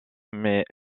mais